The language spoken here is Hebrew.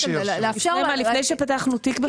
לאפשר לו --- לפני שפתחנו תיק בכלל?